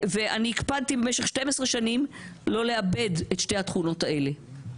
ואני הקפדתי במשך 12 שנים לא לאבד את שתי התכונות האלה.